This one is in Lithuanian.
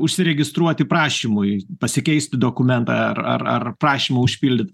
užsiregistruoti prašymui pasikeisti dokumentą ar ar ar prašymą užpildyt